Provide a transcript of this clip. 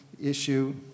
issue